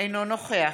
אינו נוכח